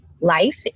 life